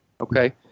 Okay